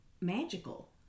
magical